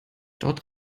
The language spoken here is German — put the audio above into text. dort